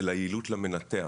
זו היעילות למנתח.